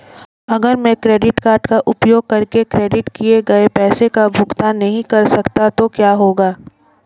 अगर मैं credit card का उपयोग करके क्रेडिट किए गए पैसे का भुगतान नहीं कर सकता तो क्या होगा?